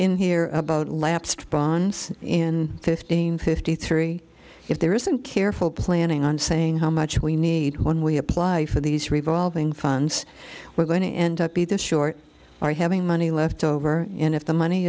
in here about lapsed bonds in fifteen fifty three if there isn't careful planning on saying how much we need when we apply for these revolving funds we're going to end up either short or having money left over and if the money